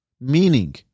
meaning